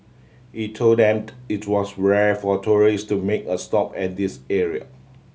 he told them it was rare for tourist to make a stop at this area